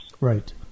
Right